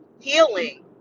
healing